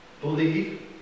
believe